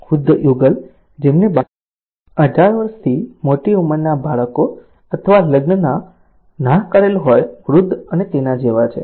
વૃદ્ધ યુગલ જેમને બાળકો હોય વૃદ્ધ યુગલ જેમને 18 વર્ષથી મોટી ઉંમરના બાળકો અથવા લગ્ન ના કરેલ વૃદ્ધ અને તેના જેવા છે